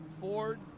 Ford